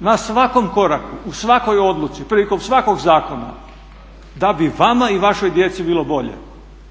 na svakom koraku, u svakoj odluci, prilikom svakog zakona, da bi vama i vašoj djeci bilo bolje.